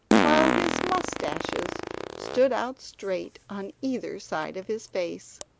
while his moustaches stood out straight on either side of his face.